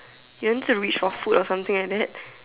you want to reach for food or something like that